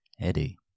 Eddie